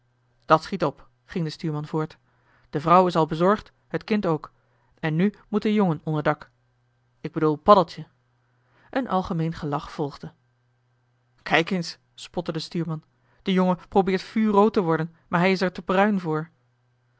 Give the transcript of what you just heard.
dat schiet op ging de stuurman voort de vrouw is al bezorgd het kind ook en nu moet de jongen onder dak ik bedoel paddeltje een algemeen gelach volgde joh h been paddeltje de scheepsjongen van michiel de ruijter kijk eens spotte de stuurman de jongen probeert vuurrood te worden maar hij is er te bruin voor